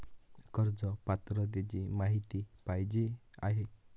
कर्ज पात्रतेची माहिती पाहिजे आहे?